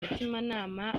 mutimanama